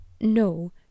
no